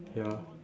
ya